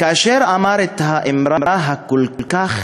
ואמר את האמרה הכל-כך